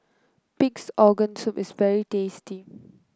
Pig's Organ Soup is very tasty